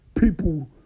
People